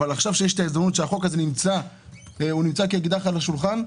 אבל עכשיו כשיש הזדמנות שהצעת החוק הזאת נמצאת כאקדח על השולחן,